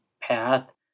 path